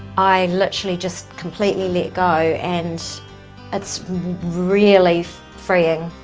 i literally just completely let go and it's really freeing.